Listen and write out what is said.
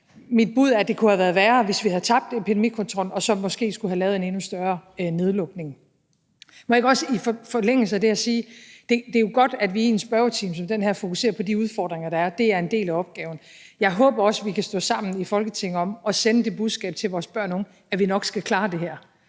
mit bud er, at det kunne have været værre, hvis vi havde tabt epidemikontrollen og så måske skulle have lavet en endnu større nedlukning. Må jeg ikke også i forlængelse af det her sige, at det jo er godt, at vi i en spørgetime som den her fokuserer på de udfordringer, der er? Det er en del af opgaven, og jeg håber også, at vi kan stå sammen i Folketinget om at sende det budskab til vores børn og unge, at vi nok skal klare det her.